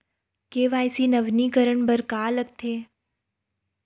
KYC नवीनीकरण बर का का लगथे?